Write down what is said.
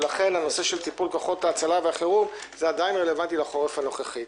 ולכן הנושא של טיפול כוחות ההצלה והחירום עדיין רלוונטי לחורף הנוכחי.